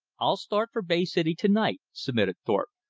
i'll start for bay city to-night, submitted thorpe.